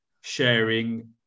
sharing